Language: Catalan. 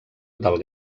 del